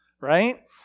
right